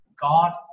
God